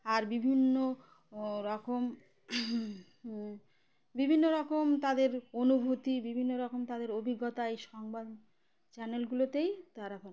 আর বিভিন্ন ও রকম বিভিন্ন রকম তাদের অনুভূতি বিভিন্ন রকম তাদের অভিজ্ঞতা এই সংবাদ চ্যানেলগুলোতেই তারা বলে